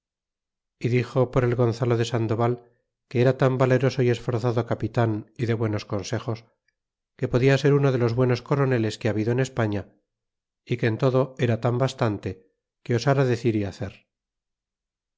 y dixo por el gonzalo de sagdoval que era tan valeroso y esforzado capitan y de buenos consejos que podia ser uno de los buenos coroneles que ha habido en españa y que en todo era tan bastante que osara decir y hacer